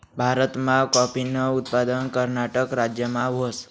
भारतमा काॅफीनं उत्पादन कर्नाटक राज्यमा व्हस